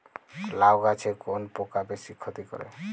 লাউ গাছে কোন পোকা বেশি ক্ষতি করে?